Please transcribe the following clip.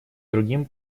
другим